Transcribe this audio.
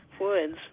Woods